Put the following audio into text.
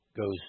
goes